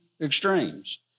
extremes